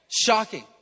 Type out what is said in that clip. Shocking